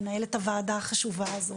מנהל את הוועדה החשובה הזו,